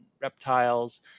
reptiles